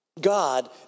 God